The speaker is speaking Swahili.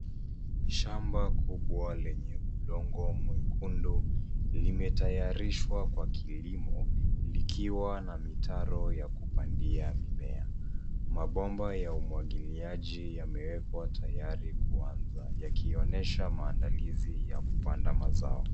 Shamba kubwa lenye udongo mwekundu, limetayarishwa kwa kilimo. Likiwa na mitaro ya kupandia mimea. Mabomba ya umwagiliaji yamewekwa tayari kuanza. Yakionyesha maandalizi ya kupanda mazao.